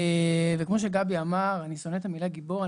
כמו שגבי אמר, אני שונא את המילה גיבור.